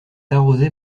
arrosée